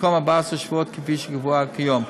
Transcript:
במקום 14 שבועות כפי שקבוע כיום.